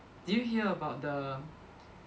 did you hear about the